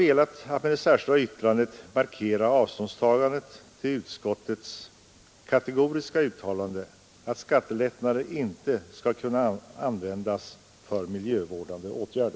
Med det särskilda yttrandet har vi velat markera ett avståndstagande från utskottets kategoriska uttalande att skattelättnader inte skall kunna användas i miljöpolitiskt syfte.